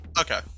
Okay